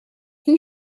can